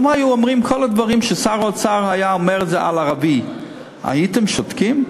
אם היו אומרים את כל הדברים ששר האוצר אומר על ערבי הייתם שותקים?